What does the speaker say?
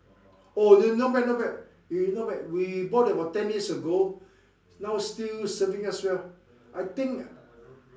oh not bad not bad we not bad we bought about ten years ago now still serving us well I think